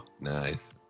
nice